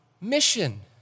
mission